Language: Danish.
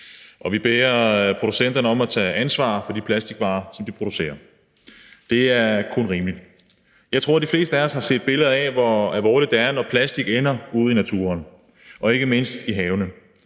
og vi beder producenterne om at tage ansvar for de plastikvarer, som de producerer. Det er kun rimeligt. Jeg tror, de fleste af os har set billeder af, hvor alvorligt det er, når plastik ender ude i naturen og ikke mindst i havene: